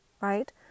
right